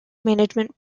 management